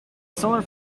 solar